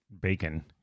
bacon